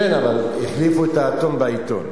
כן, אבל החליפו את האתון בעיתון.